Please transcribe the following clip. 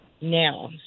now